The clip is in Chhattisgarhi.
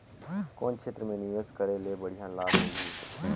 कौन क्षेत्र मे निवेश करे ले बढ़िया लाभ मिलही?